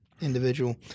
Individual